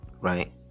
right